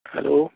hello